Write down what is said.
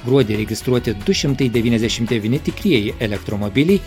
gruodį registruoti du šimtai devyniasdešim devyni tikrieji elektromobiliai